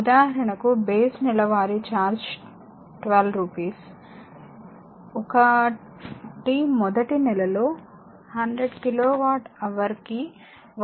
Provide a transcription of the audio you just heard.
ఉదాహరణకు బేస్ నెలవారీ చార్జ్ 12 రూపాయలు 1మొదటి నెలలో 100కిలో వాట్ హవర్ కి 1